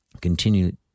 continue